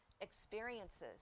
experiences